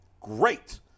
great